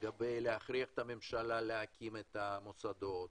לגבי להכריח את הממשלה להקים את המוסדות